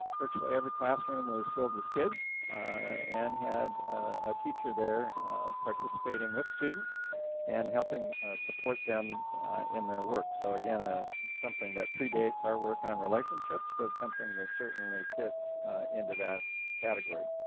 virtually every classroom was filled with kids and had a teacher there participating with students and helping support them in their work so again ah something that predates our work on relationships but something that certainly fits into that category.